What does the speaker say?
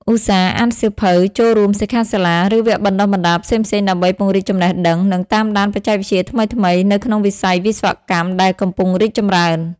ឧស្សាហ៍ អានសៀវភៅ ចូលរួមសិក្ខាសាលា ឬវគ្គបណ្តុះបណ្តាល ផ្សេងៗ ដើម្បី ពង្រឹងចំណេះដឹង និង តាមដានបច្ចេកវិទ្យាថ្មីៗ នៅក្នុងវិស័យវិស្វកម្មដែលកំពុងរីកចម្រើន។